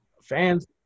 fans